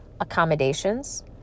accommodations